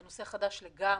זה נושא חדש לגמרי.